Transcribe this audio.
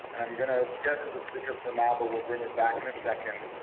and i'm gonna get rid of the sticker for now, but we'll bring it back in a second.